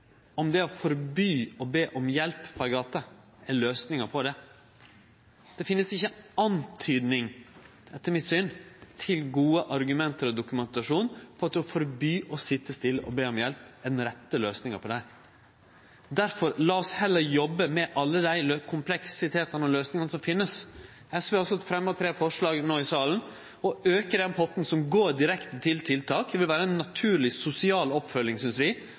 komplekst dersom det å forby å be om hjelp på gata er løysinga på det. Det finst ikkje antydning, etter mitt syn, til gode argument og dokumentasjon på at å forby å sitje stille og be om hjelp er den rette løysinga på det. Lat oss difor heller jobbe med alle dei kompleksitetane og løysingane som finst. SV har no i salen fremja tre forslag – å auke den potten som går direkte til tiltak. Det vil vere ei naturleg sosial oppfølging, synest vi,